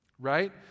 Right